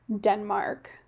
Denmark